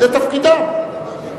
זה תפקידם,